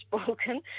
spoken